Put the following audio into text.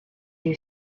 you